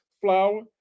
flour